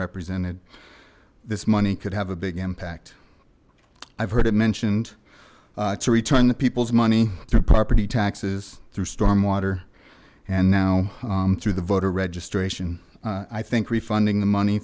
represented this money could have a big impact i've heard it mentioned to return the people's money through property taxes through stormwater and now through the voter registration i think refunding the money